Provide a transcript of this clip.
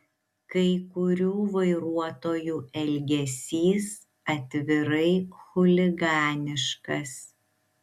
kai kurių vairuotojų elgesys atvirai chuliganiškas